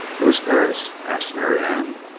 who is perris? asked marianne.